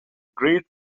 great